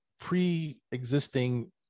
pre-existing